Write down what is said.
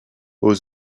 aux